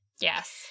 Yes